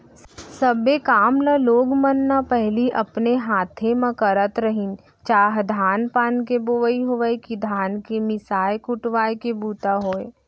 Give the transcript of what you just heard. सब्बे काम ल लोग मन न पहिली अपने हाथे म करत रहिन चाह धान पान के बोवई होवय कि धान के मिसाय कुटवाय के बूता होय